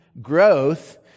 Growth